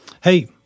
Hey